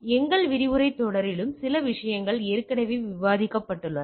எங்கள் விரிவுரைத் தொடரிலும் சில விஷயங்கள் ஏற்கனவே விவாதிக்கப்பட்டுள்ளன